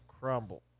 crumble